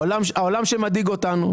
העולם שמדאיג אותנו,